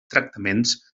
tractaments